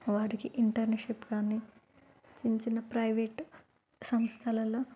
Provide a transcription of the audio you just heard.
వారికి ఇంటర్న్షిప్ కానీ చిన్న చిన్న ప్రైవేటు సంస్థలలో